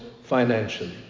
financially